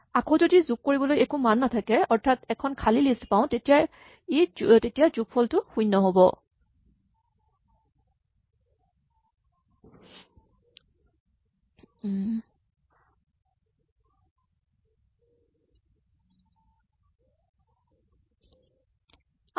আকৌ যদি যোগ কৰিবলৈ একো মান নাথাকে অৰ্থাৎ এখন খালী লিষ্ট পাওঁ তেতিয়া যোগফলটো শূণ্য হ'ব